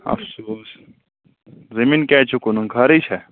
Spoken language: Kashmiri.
افسوس زٔمیٖن کیازِ چھُ کُنُن کھٲرٕے چھا